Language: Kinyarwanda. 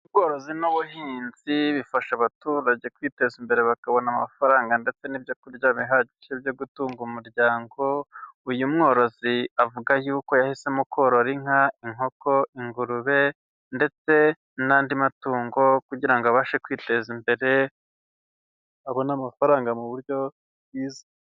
Ubworozi n'ubuhinzi bifasha abaturage kwiteza imbere, bakabona amafaranga ndetse n'ibyo kurya bihagije byo gutunga umuryango, uyu mworozi avuga yuko yahisemo korora inka, inkoko, ingurube ndetse n'andi matungo kugira ngo abashe kwiteza imbere, abone amafaranga mu buryo bwiza.